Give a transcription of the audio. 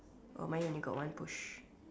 oh mine only got one push